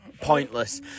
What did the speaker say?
pointless